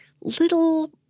little